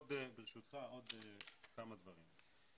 ברשותך, עוד כמה דברים.